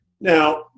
Now